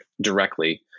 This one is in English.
directly